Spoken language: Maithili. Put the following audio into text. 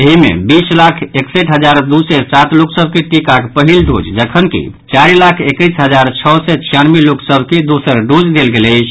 एहि मे बीस लाख एकसठि हजार दू सय सात लोक सभ के टीकाक पहिल डोज जखनकि चारि लाख एकैस हजार छओ सय छियानवे लोक सभ के दोसर डोज देल गेल अछि